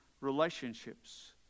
relationships